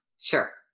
Sure